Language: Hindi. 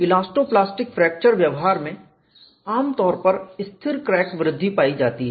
इलास्टो प्लास्टिक फ्रैक्चर व्यवहार में आमतौर पर स्थिर क्रैक वृद्धि पाई जाती है